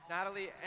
Natalie